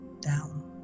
down